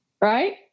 Right